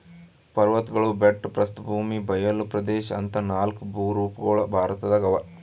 ಪರ್ವತ್ಗಳು ಬೆಟ್ಟ ಪ್ರಸ್ಥಭೂಮಿ ಬಯಲ್ ಪ್ರದೇಶ್ ಅಂತಾ ನಾಲ್ಕ್ ಭೂರೂಪಗೊಳ್ ಭಾರತದಾಗ್ ಅವಾ